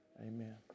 Amen